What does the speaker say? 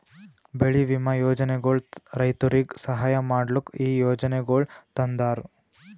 ಬೆಳಿ ವಿಮಾ ಯೋಜನೆಗೊಳ್ ರೈತುರಿಗ್ ಸಹಾಯ ಮಾಡ್ಲುಕ್ ಈ ಯೋಜನೆಗೊಳ್ ತಂದಾರ್